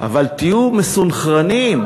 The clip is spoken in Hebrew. אבל תהיו מסונכרנים.